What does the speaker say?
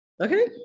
Okay